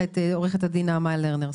עו"ד נעמה לרנר.